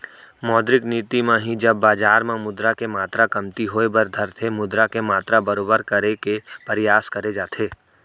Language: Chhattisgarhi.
मौद्रिक नीति म ही जब बजार म मुद्रा के मातरा कमती होय बर धरथे मुद्रा के मातरा बरोबर करे के परयास करे जाथे